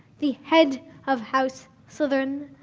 the head of house slytherin.